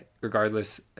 regardless